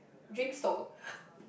drink stall